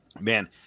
man